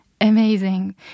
amazing